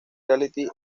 reality